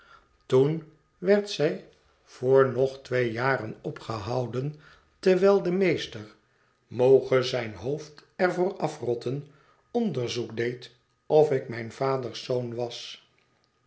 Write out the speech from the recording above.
toen werd zij voor nog twee jaren opgehouden terwijl de meester moge zijn hoofd er voor afrotten onderzoek deed of ik mijn vaders zoon was